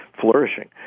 flourishing